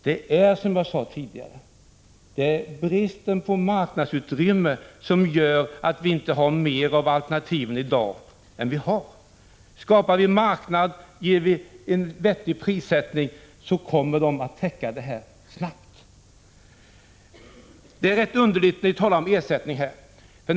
Det är, som jag sade tidigare, brist på marknadsutrymme som gör att vi inte har mer alternativ i dag. Skapar vi en marknad med en vettig prissättning kommer alternativen snabbt att täcka de behov som uppstår.